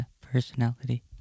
Personality